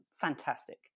fantastic